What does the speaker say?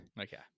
Okay